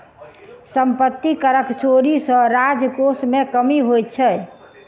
सम्पत्ति करक चोरी सॅ राजकोश मे कमी होइत छै